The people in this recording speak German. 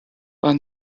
war